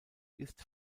ist